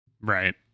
right